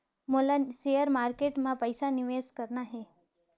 मोला share market मां पइसा निवेश करना हे?